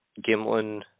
Gimlin